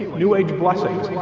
new age blessings.